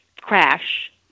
crash